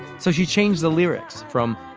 so she changed the lyrics from,